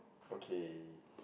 okay